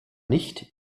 nicht